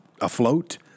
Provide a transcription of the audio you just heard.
afloat